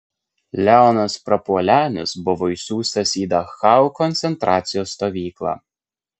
leonas prapuolenis buvo išsiųstas į dachau koncentracijos stovyklą